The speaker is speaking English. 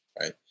Right